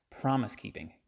promise-keeping